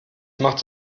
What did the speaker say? macht